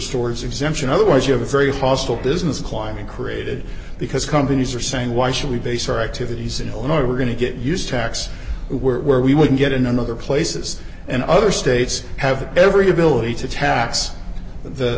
stores exemption otherwise you have a very hostile business climate created because companies are saying why should we base our activities in illinois we're going to get used techs were we would get in other places and other states have every ability to tax